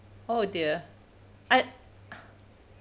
oh dear I